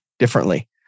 differently